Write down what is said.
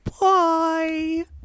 Bye